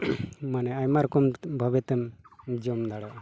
ᱢᱟᱱᱮ ᱟᱭᱢᱟ ᱨᱚᱠᱚᱢ ᱵᱷᱟᱵᱮ ᱛᱮᱢ ᱡᱚᱢ ᱫᱟᱲᱮᱭᱟᱜᱼᱟ